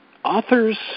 Authors